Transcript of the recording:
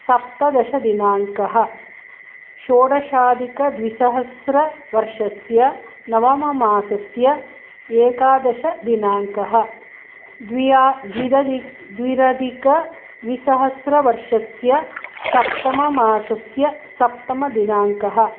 सप्तदशदिनाङ्कः षोडशाधिकद्विसहस्रवर्षस्य नवममासस्य एकादशदिनाङ्कः द्विदधिकद्विसहस्रवर्षस्य सप्तममासस्य सप्तमदिनाङ्कः